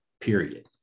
period